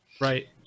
Right